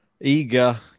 Eager